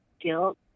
guilt